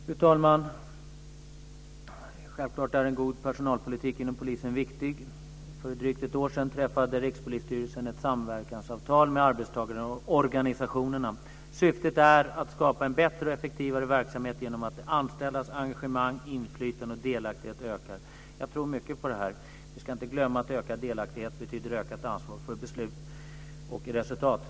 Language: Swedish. Fru talman! Självklart är en god personalpolitik inom polisen viktig. För drygt ett år sedan träffade Rikspolisstyrelsen ett samverkansavtal med arbetstagarorganisationerna. Syftet är att skapa en bättre och effektivare verksamhet genom att de anställdas engagemang, inflytande och delaktighet ökar. Jag tror mycket på det här. Vi ska inte glömma att ökad delaktighet betyder ökat ansvar för beslut och resultat.